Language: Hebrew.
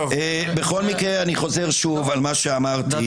בכל מקרה אני חוזר שוב על מה שאמרתי.